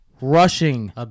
rushing